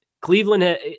Cleveland